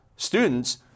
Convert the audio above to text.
Students